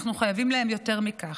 אנחנו חייבים להם יותר מכך,